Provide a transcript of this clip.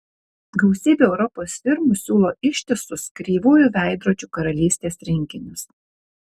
gausybė europos firmų siūlo ištisus kreivųjų veidrodžių karalystės rinkinius